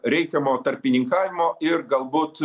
reikiamo tarpininkavimo ir galbūt